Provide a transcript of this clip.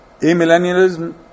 amillennialism